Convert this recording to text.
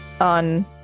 on